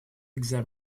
exam